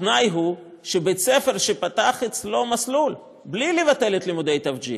התנאי הוא שבית-ספר שפתח אצלו מסלול בלי לבטל את לימודי התווג'יה,